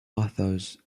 authors